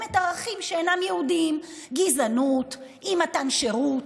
מקדמת ערכים שאינם יהודיים, גזענות, אי-מתן שירות.